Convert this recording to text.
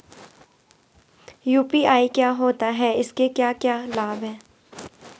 UPI क्या होता है इसके क्या क्या लाभ हैं?